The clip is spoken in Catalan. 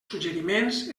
suggeriments